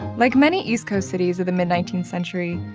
like many east coast cities of the mid nineteenth century,